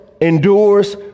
endures